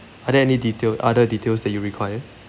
are there any detail other details that you require